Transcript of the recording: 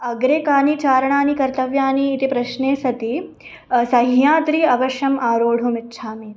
अग्रे कानि चारणानि कर्तव्यानि इति प्रश्ने सति सह्याद्रि अवश्यम् आरोढुम् इच्छामि इति